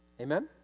amen